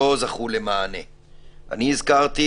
לא היינו עדיין מתחת ל-10%,